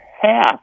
half